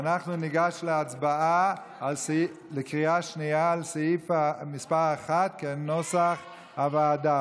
ואנחנו ניגש להצבעה בקריאה שנייה על סעיף 1 כנוסח הוועדה.